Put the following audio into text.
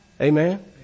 Amen